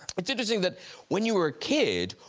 it's interesting that when you were a kid,